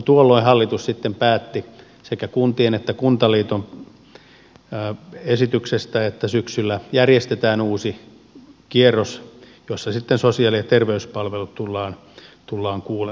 tuolloin hallitus sitten päätti sekä kuntien että kuntaliiton esityksestä että syksyllä järjestetään uusi kierros jossa sitten sosiaali ja terveyspalveluista tullaan kuulemaan